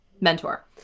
mentor